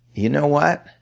you know what?